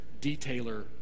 detailer